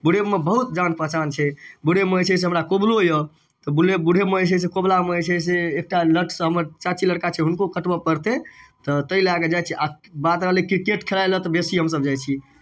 बुढ़ेबमे बहुत जान पहचान छै बुढ़ेबमे जे छै से हमरा कबुलो यए तऽ बुलेब बुढ़ेबमे जे छै से कबुलामे जे छै से एकटा लट से हमर चाची लड़का छै हुनको कटबय पड़तै तऽ ताहि लए कऽ जाइ छी आ बात रहलै क्रिकेट खेलाइ लेल तऽ बेसी हमसभ जाइ छी